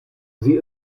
sie